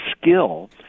skill